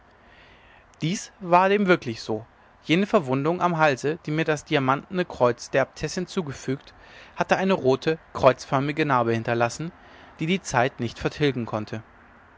es war dem wirklich so jene verwundung am halse die mir das diamantne kreuz der äbtissin zufügte hatte eine rote kreuzförmige narbe hinterlassen die die zeit nicht vertilgen konnte